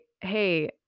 hey